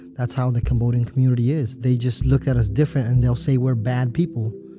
that's how the cambodian community is. they just look at us different and they'll say we're bad people.